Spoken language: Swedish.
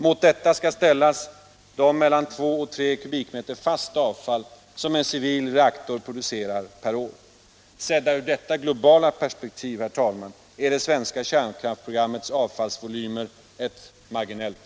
Mot detta skall ställas de mellan 2 och 3 m? perspektivet är det svenska kärnkraftsprogrammets avfallsvolymer ett